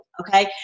Okay